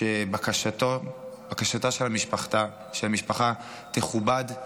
שבקשתה של המשפחה תכובד,